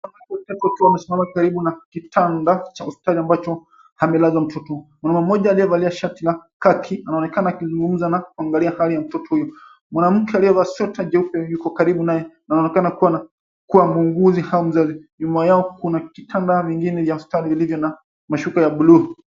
Wakiwa wamesimama karibu na kitanda cha hospitali ambacho amelazwa mtoto. Mwanaume mmoja aliyevaa shati la kaki anaonekana akizungumza na kuangalia hali ya mtoto huyu. Mwanamke aliyevaa sweta jeupe yuko karibu naye na anaonekana kuwa muuguzi au mzazi. Nyuma yao kuna vitanda vingine vya hospitali vilivyo na mashuka ya blue .